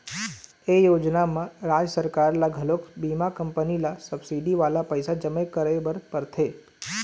ए योजना म राज सरकार ल घलोक बीमा कंपनी ल सब्सिडी वाला पइसा जमा करे बर परथे